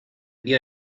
dió